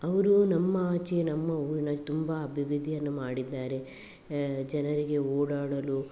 ಅವರು ನಮ್ಮ ಆಚೆ ನಮ್ಮ ಊರಿನ ತುಂಬ ಅಭಿವೃದ್ಧಿಯನ್ನು ಮಾಡಿದ್ದಾರೆ ಜನರಿಗೆ ಓಡಾಡಲು